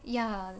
ya